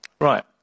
Right